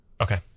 Okay